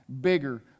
bigger